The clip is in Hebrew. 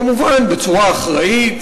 כמובן, בצורה אחראית